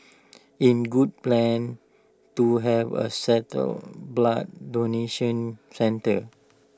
in good plan to have A satellite blood donation centre